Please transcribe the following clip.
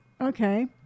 Okay